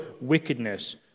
wickedness